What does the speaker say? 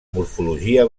morfologia